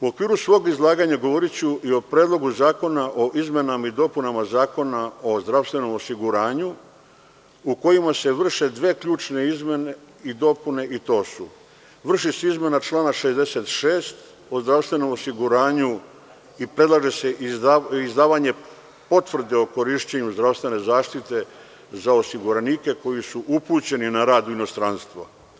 U okviru svog izlaganja govoriću i o Predlogu zakona o izmenama i dopunama Zakona o zdravstvenom osiguranju u kome se vrše dve ključne izmene i dopune i to su – vrši se izmena člana 66. o zdravstvenom osiguranju i predlaže se izdavanje potvrde o korišćenju zdravstvene zaštite za osiguranike koji su upućeni na rad u inostranstvo.